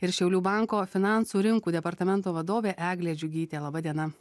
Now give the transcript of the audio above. ir šiaulių banko finansų rinkų departamento vadovė eglė džiugytė laba diena